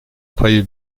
payı